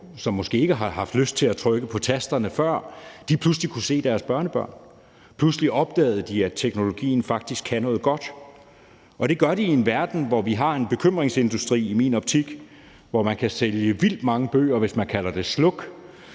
som måske ikke havde haft lyst til at trykke på tasterne før, pludselig kunne se deres børnebørn ved at gøre det. Pludselig opdagede de, at teknologien faktisk kan noget godt, og det gjorde de i en verden, hvor vi i min optik har en bekymringsindustri, hvor man kan sælge vildt mange bøger, hvis man siger »sluk«,